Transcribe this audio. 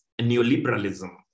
neoliberalism